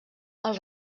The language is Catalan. els